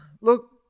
look